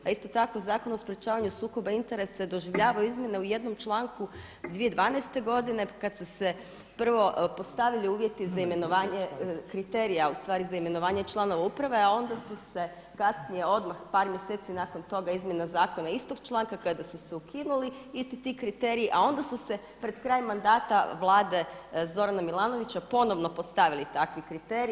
A isto tako Zakon o sprečavanju sukoba interesa doživljava izmjene u jednom članku 2012. godine kada su se prvo postavili uvjeti za imenovanje kriterija, ustvari za imenovanje članova uprave, a onda su se kasnije odmah par mjeseci nakon toga izmjena zakona istog članka kada su se ukinuli, isti ti kriteriji, a onda su se pred kraj mandata vlade Zorana Milanovića ponovno postavili takvi kriteriji.